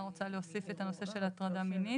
רוצה להוסיף את הנושא של הטרדה מינית.